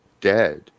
dead